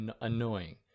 annoying